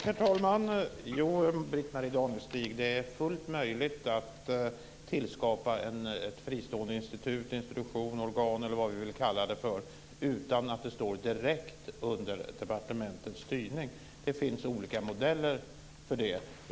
Herr talman! Ja, Britt-Marie Danestig, det är fullt möjligt att tillskapa ett fristående institut, institution, organ eller vad vi vill kalla det för utan att det står direkt under departementets styrning. Det finns olika modeller för det.